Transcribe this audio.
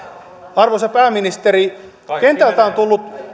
arvoisa pääministeri kentältä on tullut